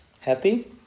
Happy